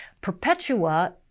perpetua